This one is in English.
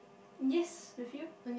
yes with you